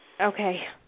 Okay